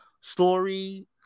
story